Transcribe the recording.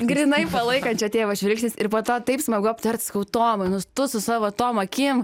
grynai palaikančio tėvo žvilgsnis ir po to taip smagu aptart sakau tomai nu tu su savo tom akim